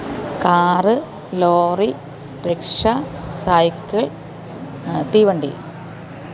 car lorry rickshaw cycle തീവണ്ടി